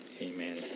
Amen